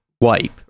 wipe